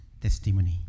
testimony